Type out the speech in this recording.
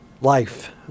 life